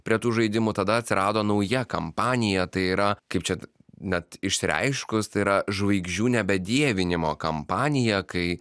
prie tų žaidimų tada atsirado nauja kampanija tai yra kaip čia net išsireiškus tai yra žvaigždžių nebedievinimo kampanija kai